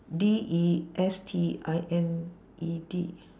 D E S T I N E D